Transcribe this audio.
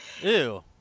Ew